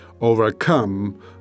overcome